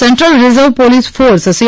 central reserve police force C